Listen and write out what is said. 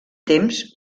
temps